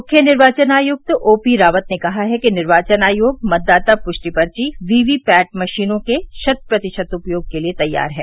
मुख्य निर्वाचन आयुक्त ओपी रावत ने कहा है कि निर्वाचन आयोग मतदाता पुष्टि पर्ची वीवीपैट मशीनों के शत प्रतिशत उपयोग के लिए तैयार है